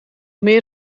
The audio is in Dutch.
meer